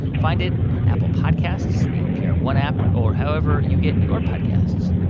find it on apple podcasts, the npr one app or however you get your podcasts